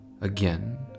again